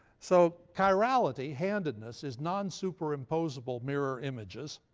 so chirality, handedness, is non-superimposable mirror images,